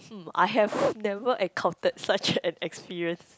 hmm I have never encounter such an experience